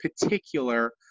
particular